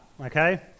okay